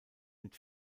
mit